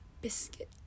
biscuit